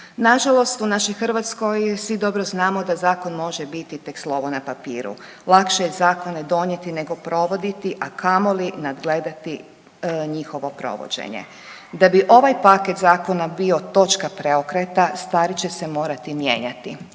Nažalost u našoj Hrvatskoj svi dobro znamo da zakon može biti tek slovo na papiru, lakše je zakone donijeti nego provoditi, a kamoli nadgledati njihovo provođenje. Da bi ovaj paket zakona bio točka preokreta stvari će se morati mijenjati.